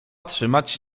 trzymać